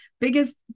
Biggest